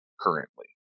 currently